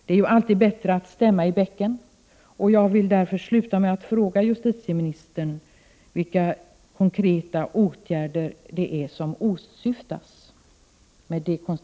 Det är ju alltid bättre att stämma i bäcken, och jag frågar därför justitieministern vilka konkreta åtgärder som åsyftas.